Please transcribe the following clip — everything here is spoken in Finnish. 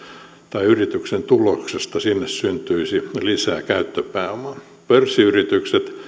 tai yrityksen tuloksesta sinne syntyisi lisää käyttöpääomaa pörssiyritykset